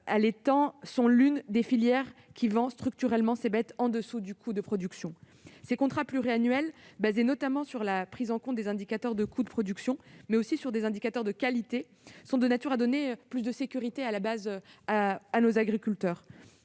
allaitants fait partie de celles qui vendent structurellement leurs bêtes en dessous des coûts de production. Ces contrats, pluriannuels, fondés notamment sur la prise en compte d'indicateurs de coûts de production, mais aussi d'indicateurs de qualité, sont de nature à donner plus de sécurité à nos agriculteurs.